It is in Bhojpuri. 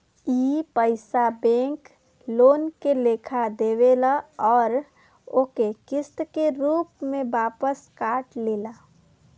ई पइसा बैंक लोन के लेखा देवेल अउर ओके किस्त के रूप में वापस काट लेला